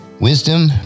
Wisdom